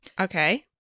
Okay